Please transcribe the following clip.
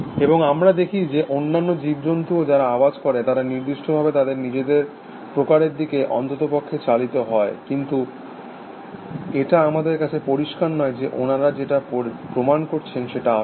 এবং আমরা দেখি যে অন্যান্য জীবজন্তুও যারা আওয়াজ করে তারা নির্দিষ্টভাবে তাদের নিজেদের প্রকারের দিকে অন্ততপক্ষে চালিত হয় কিন্তু এটা আমাদের কাছে পরিষ্কার নয় যে ওনারা যেটা প্রমাণ করছে সেটা আসল